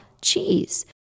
cheese